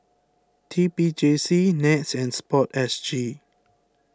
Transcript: T P J C NETS and Sport S G